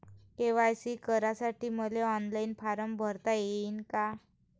KYC करासाठी मले online form भरता येईन का?